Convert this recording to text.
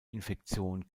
infektion